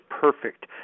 perfect